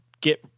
get